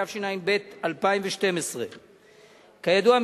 התשע"ב 2012. כידוע,